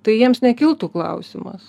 tai jiems nekiltų klausimas